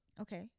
Okay